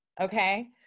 Okay